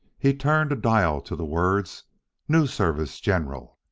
he turned a dial to the words news service general,